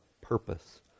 purpose